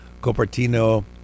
Copertino